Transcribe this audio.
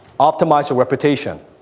optimize your reputation.